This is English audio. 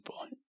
point